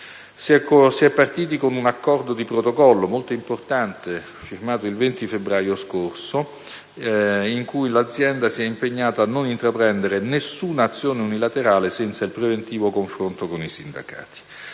Si è partiti con un accordo di protocollo molto importante, firmato il 20 febbraio scorso, in cui l'azienda si è impegnata a non intraprendere nessuna azione unilaterale senza il preventivo confronto con i sindacati.